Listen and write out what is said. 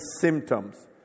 symptoms